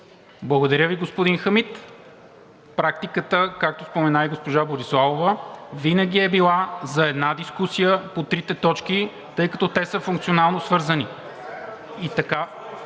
Благодаря Ви, господин Хамид. Практиката, както спомена и госпожа Бориславова, винаги е била за една дискусия по трите точки, тъй като те са функционално свързани,